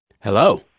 Hello